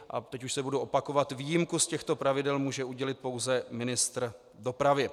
A teď už se budu opakovat: výjimku z těchto pravidel může udělit pouze ministr dopravy.